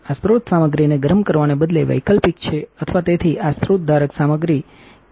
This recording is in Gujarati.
આ સ્રોત સામગ્રીને ગરમ કરવાને બદલે વૈકલ્પિક છે અથવા તેથી આ સ્રોત ધારક સામગ્રી કે અમે તે શું કરીશું